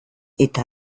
eta